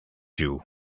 you